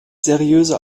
seriöse